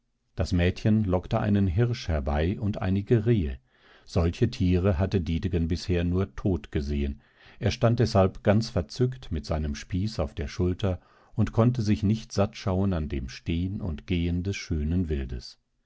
das mädchen lockte einen hirsch herbei und einige rehe solche tiere hatte dietegen bisher nur tot gesehen er stand deshalb ganz verzückt mit seinem spieß auf der schulter und konnte sich nicht satt schauen an dem stehn und gehen des schönen wildes